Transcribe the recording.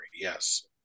yes